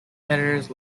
editors